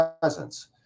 presence